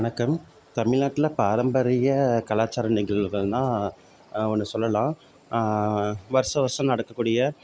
வணக்கம் தமிழ்நாட்டுல பாரம்பரிய கலாச்சார நிகழ்வுகள்னா ஒன்று சொல்லலாம் வருசம் வருஷம் நடக்கக்கூடிய